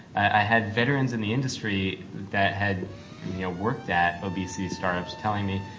i had veterans in the industry that had yeah worked at obesity startups telling me,